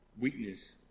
weakness